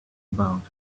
about